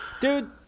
Dude